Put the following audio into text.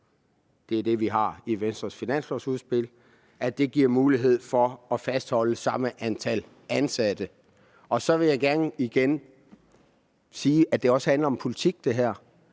det er det, vi har i Venstres finanslovsudspil – reelt giver mulighed for at fastholde samme antal ansatte. Og så vil jeg gerne igen sige, at der her også handler om politik. Det